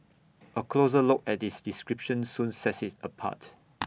A closer look at its description soon sets IT apart